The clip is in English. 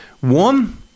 one